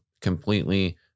completely